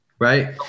right